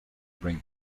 bring